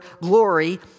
glory